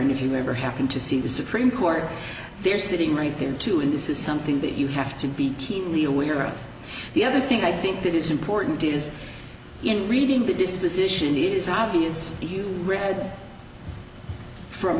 and if you ever happen to see the supreme court they're sitting right there too and this is something that you have to be keenly aware of the other thing i think that is important is in reading the disposition is obvious if you read from